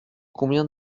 combien